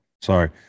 sorry